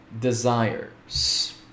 Desires